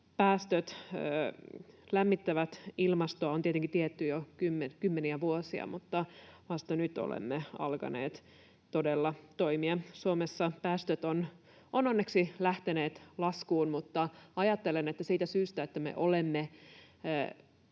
lämmittävät ilmastoa, on tietenkin tiedetty jo kymmeniä vuosia, mutta vasta nyt olemme alkaneet todella toimia. Suomessa päästöt ovat onneksi lähteneet laskuun, mutta ajattelen, että siitä syystä, että me olemme